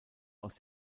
aus